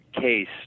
case